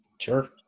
Sure